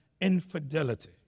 infidelity